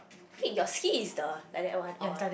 hey your skis is the like that one or